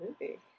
movie